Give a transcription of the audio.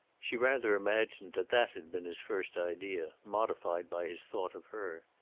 she rather imagined that that had been his first idea, modified by his thought of her.